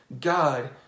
God